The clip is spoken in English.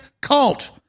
cult